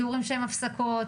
שיעורי הפסקות,